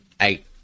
eight